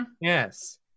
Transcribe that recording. Yes